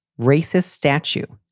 racist statue.